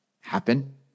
happen